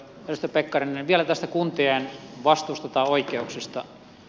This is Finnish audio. edustaja pekkarinen vielä tästä kuntien vastuusta tai oikeuksista